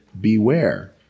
beware